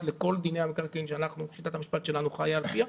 לכל דיני המקרקעין ששיטת המשפט שלנו חיה על פיה.